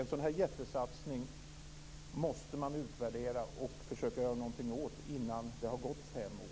En sådan här jättesatsning måste man utvärdera och försöka göra någonting åt innan det har gått fem år.